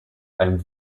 ein